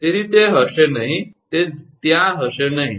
તેથી તે હશે નહીં તે ત્યાં હશે નહીં